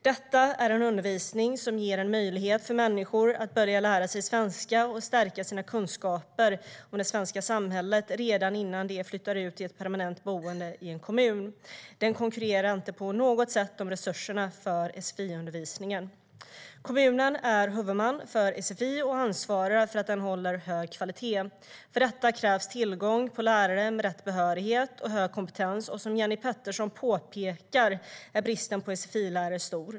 Detta är en undervisning som ger en möjlighet för människor att börja lära sig svenska och stärka sina kunskaper om det svenska samhället redan innan de flyttar ut i ett permanent boende i en kommun. Den konkurrerar inte på något sätt om resurserna för sfi-undervisningen. Kommunen är huvudman för sfi och ansvarar för att den håller hög kvalitet. För detta krävs tillgång på lärare med rätt behörighet och hög kompetens, och som Jenny Petersson påpekar är bristen på sfi-lärare stor.